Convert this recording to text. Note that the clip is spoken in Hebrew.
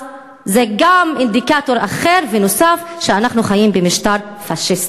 אז זה גם אינדיקטור אחר ונוסף לכך שאנחנו חיים במשטר פאשיסטי.